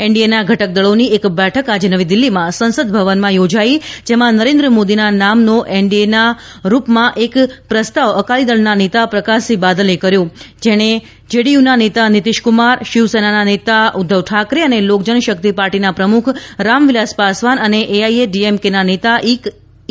એનડીએના ઘટકદળોની એક બેઠક આજે નવી દીલ્હીમાં સંસદભવનમાં યોજાઇ જેમાં નરેન્દ્ર મોદીના નામનો એનડીના રૂપમાં એક પ્રસ્તાવ અકાલીદળના નેતા પ્રકાશસિંહ બાદલે કર્યો જેને જેડીયુના નેતા નીતીશકુમાર શિવસેનાના નેતા ઉદ્ધવ ઠાકરે અને લોકજનશક્તિ પાર્ટીના પ્રમૂખ રામવિલાસ પાસવાન અને એઆઇએડીએમકેના નેતા ઇ